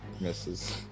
misses